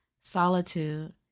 Solitude